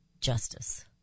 justice